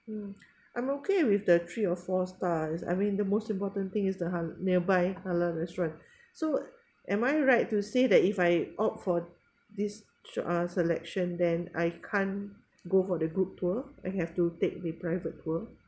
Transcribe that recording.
mm I'm okay with the three or four stars I mean the most important thing is the hal~ nearby halal restaurant so am I right to say that if I opt for this sho~ uh selection then I can't go for the group tour I have to take the private tour